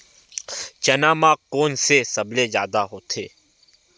चना म कोन से सबले जादा होथे?